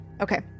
Okay